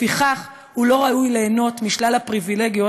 לפיכך הוא לא ראוי ליהנות משלל הפריבילגיות